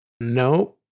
No